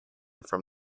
from